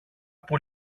που